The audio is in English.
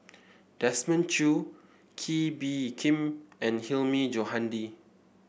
Desmond Choo Kee Bee Khim and Hilmi Johandi